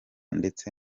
ndetse